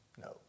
No